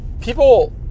people